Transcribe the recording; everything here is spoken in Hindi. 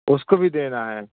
उसको भी देना है